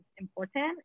important